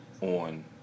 on